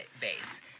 base